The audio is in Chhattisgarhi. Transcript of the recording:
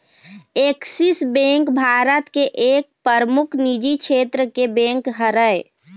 ऐक्सिस बेंक भारत के एक परमुख निजी छेत्र के बेंक हरय